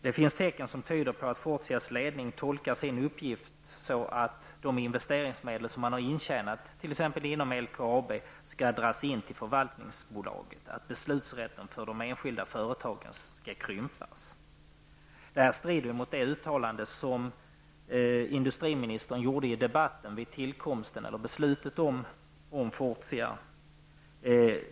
Det finns tecken som tyder på att Fortias ledning tolkar sin uppgift på ett sådant sätt att de investeringsmedel som man har intjänat inom t.ex. LKAB skall dras in till Förvaltningsbolaget och att beslutsrätten för de enskilda företagen skall krympas. Detta strider mot det uttalande som industriministern gjorde i debatten vid beslutet om tillkomsten av Fortia.